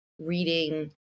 reading